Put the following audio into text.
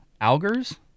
Algiers